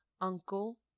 uncle